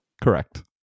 correct